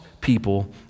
people